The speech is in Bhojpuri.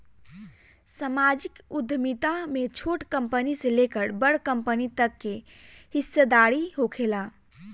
सामाजिक उद्यमिता में छोट कंपनी से लेकर बड़ कंपनी तक के हिस्सादारी होखेला